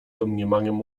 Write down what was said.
domniemaniom